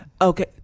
Okay